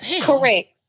Correct